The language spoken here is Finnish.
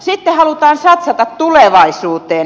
sitten halutaan satsata tulevaisuuteen